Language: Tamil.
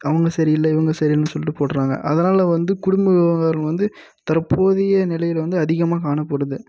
அவங்க சரியில்லை இவங்க சரியில்லைன் சொல்லிட்டு போடுகிறாங்க அதனால் வந்து குடும்ப விவகாரம் வந்து தற்போதைய நிலையில் வந்து அதிகமாக காணப்படுது